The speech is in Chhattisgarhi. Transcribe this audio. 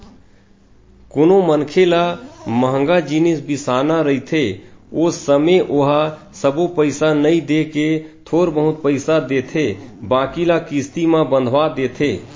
कोनो मनखे ल मंहगा जिनिस बिसाना रहिथे ओ समे ओहा सबो पइसा नइ देय के थोर बहुत पइसा देथे बाकी ल किस्ती म बंधवा देथे